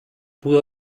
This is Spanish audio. pudo